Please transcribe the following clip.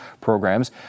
programs